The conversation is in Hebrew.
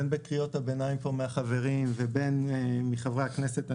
בין בקריאות הביניים פה מהחברים ובין מחברי הכנסת הנכבדים,